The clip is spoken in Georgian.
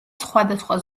სხვადასხვა